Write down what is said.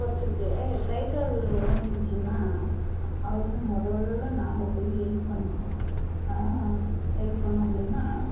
ஒருத்தருக்கு கை கால் உடஞ்சிருச்சின்னா அவருக்கு முதல்ல நாம் போய் ஹெல்ப் பண்ணணும் ஆ ஹெல்ப் பண்ணிணோம் அப்படின்னா